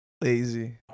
Lazy